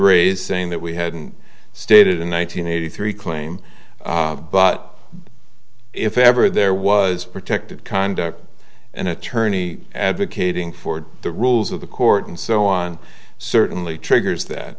raise saying that we hadn't stated in one nine hundred eighty three claim but if ever there was protected conduct an attorney advocating for the rules of the court and so on certainly triggers that